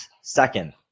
second